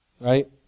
Right